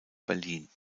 berlin